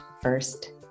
first